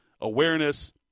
awareness